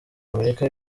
amerika